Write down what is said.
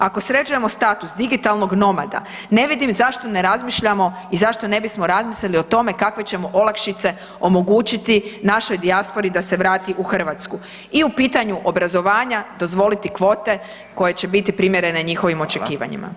Ako sređujemo status digitalnog nomada ne vidim zašto ne razmišljamo i zašto ne bismo razmislili o tome kakve ćemo olakšice omogućiti našoj dijaspori da se vrati u Hrvatsku i u pitanju obrazovanja dozvoliti kvote koje će biti primjerene njihovim očekivanjima.